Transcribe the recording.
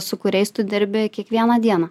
su kuriais tu dirbi kiekvieną dieną